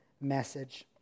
message